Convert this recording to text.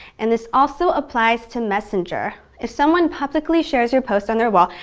and this also applies to messenger. if someone publicly shares your post on their wall,